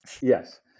Yes